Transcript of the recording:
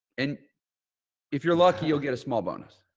and if you're lucky, you'll get a small bonus.